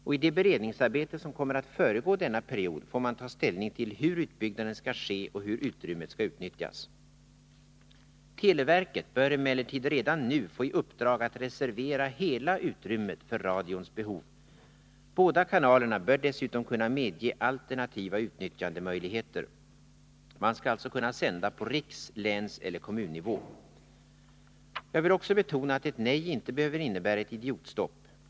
Och i det beredningsarbete som kommer att föregå denna period får man ta ställning till hur utbyggnaden skall ske och hur utrymmet skall utnyttjas. Televerket bör emellertid redan nu få i uppdrag att reservera hela utrymmet för radions behov. Båda kanalerna bör dessutom kunna medge alternativa utnyttjandemöjligheter. Man skall alltså kunna sända på riks-, länseller kommunnivå. Jag vill också betona att ett nej inte behöver innebära ett ”idiotstopp”.